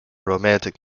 romantic